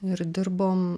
ir dirbom